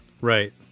Right